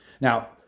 Now